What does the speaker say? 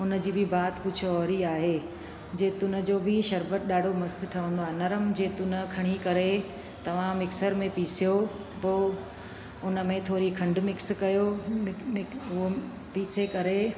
उन जी बि बाति कुझु और ई आहे जेतुनि जो बि शरबत ॾाढो मस्तु ठहंदो आहे नरम जेतुन खणी करे तव्हां मिक्सर में पीसियो पोइ उन में थोरी खंडु मिक्स कयो मिक मिक उहो पीसे करे